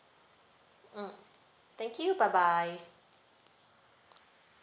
mm thank you bye bye